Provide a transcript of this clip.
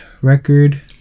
record